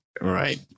Right